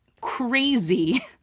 crazy